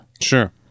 Sure